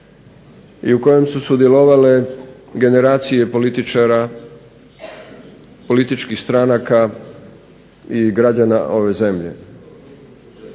i u kojem su sudjelovale generacije političara, političkih stranaka i građana ove zemlje.